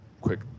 quick